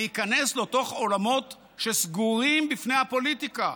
להיכנס לתוך עולמות שסגורים בפני הפוליטיקה.